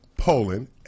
poland